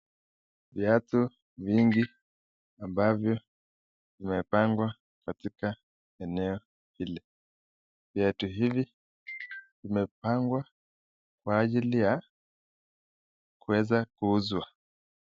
Viatu vingi ambavyo vimepangwa katika eneo hili. Vitu hivi vimepangwa kwa ajili ya kuweza kuuzwa.